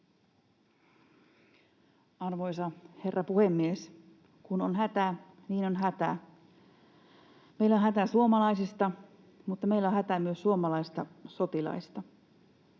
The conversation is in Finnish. Arvoisa herra puhemies! Kun on hätä, niin on hätä. Meillä on hätä suomalaisista, mutta meillä on hätä myös suomalaisista sotilaista.